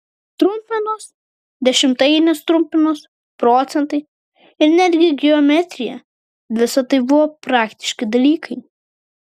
trupmenos dešimtainės trupmenos procentai ir netgi geometrija visa tai buvo praktiški dalykai